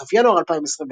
בסוף ינואר 2021,